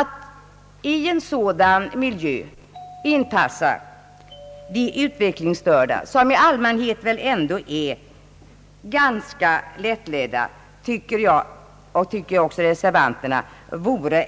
Att i en sådan miljö inpassa de utvecklingsstörda, som väl i allmänhet är ganska lättledda, tycker jag och reservanterna vore